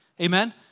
Amen